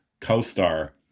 co-star